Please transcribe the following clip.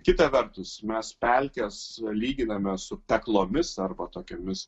kita vertus mes pelkes lyginame su peklomis arba tokiomis